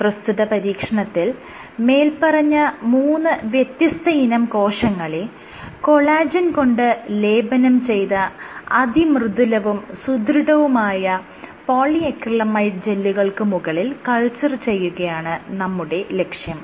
പ്രസ്തുത പരീക്ഷണത്തിൽ മേല്പറഞ്ഞ മൂന്ന് വ്യത്യസ്തയിനം കോശങ്ങളെ കൊളാജെൻ കൊണ്ട് ലേപനം ചെയ്ത അതിമൃദുലവും സുദൃഢവുമായ PA ജെല്ലുകൾക്ക് മുകളിൽ കൾച്ചർ ചെയ്യുകയാണ് നമ്മുടെ ലക്ഷ്യം